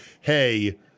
hey